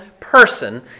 person